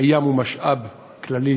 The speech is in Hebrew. הים הוא משאב כללי